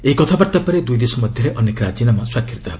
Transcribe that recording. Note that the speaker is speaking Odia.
ଏହି କଥାବାର୍ତ୍ତା ପରେ ଦୁଇ ଦେଶ ମଧ୍ୟରେ ଅନେକ ରାଜିନାମା ସ୍ୱାକ୍ଷରିତ ହେବ